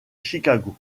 chicago